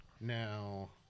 Now